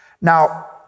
Now